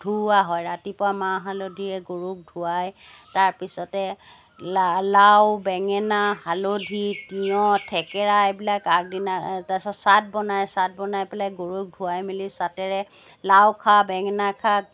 ধুওৱা হয় ৰাতিপুৱা মাহ হালধিৰে গৰুক ধুৱাই তাৰপিছতে লা লাও বেঙেনা হালধি তিঁয়হ থেকেৰা এইবিলাক আগদিনা তাৰপিছত চাট বনায় চাট বনাই পেলাই গৰুক ধুৱাই মেলি চাটেৰে লাও খা বেঙেনা খা